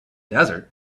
desert